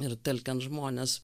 ir telkiant žmones